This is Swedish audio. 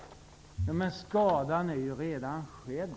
Men skadan är ju redan skedd.